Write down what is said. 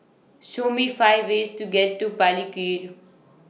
Show Me five ways to get to Palikir